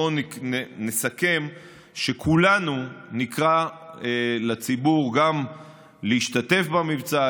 בואו נסכם שכולנו נקרא לציבור גם להשתתף במבצע,